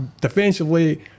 defensively